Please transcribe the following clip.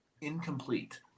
incomplete